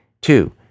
Two